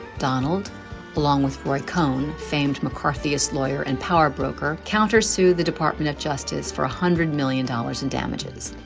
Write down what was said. donald belong with roy cohn, famed mccarthyist lawyer and power broker counter sued the department of justice for a hundred million dollars in damages.